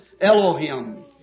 Elohim